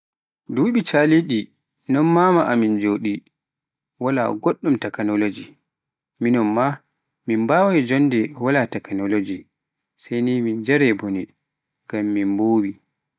Duɓu caliɗi noon maama amin joɗe wala, goɗɗum takanoloji, mi non ma mim mbawaai jonde wala takanoloji sai ni min jarai bone ngam min bowi.